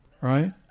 right